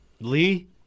Lee